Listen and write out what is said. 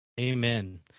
Amen